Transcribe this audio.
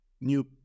new